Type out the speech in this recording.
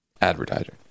advertiser